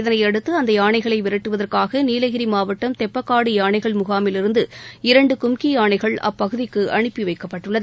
இதனையடுத்து அந்த யானைகளை விரட்டுவதற்காக நீலகிரி மாவட்டம் தெப்பக்காடு யானைகள் முகாமிலிருந்து இரண்டு கும்கி யானைகள் அப்பகுதிக்கு அனுப்பி வைக்கப்பட்டுள்ளது